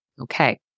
Okay